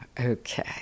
okay